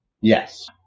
Yes